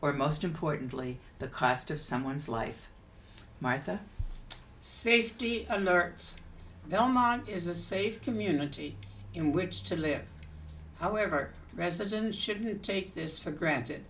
or most importantly the cost of someone's life might that safety alert belmont is a safe community in which to live however residents shouldn't take this for granted